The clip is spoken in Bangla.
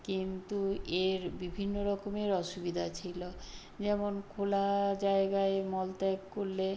কিন্তু এর বিভিন্ন রকমের অসুবিধা ছিলো যেমন খোলা জায়গায় মলত্যাগ করলে